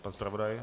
Pana zpravodaje?